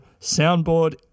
soundboard